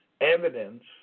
evidence